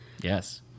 Yes